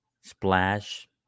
Splash